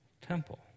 Temple